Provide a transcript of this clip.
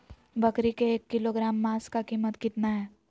बकरी के एक किलोग्राम मांस का कीमत कितना है?